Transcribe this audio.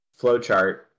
flowchart